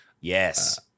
Yes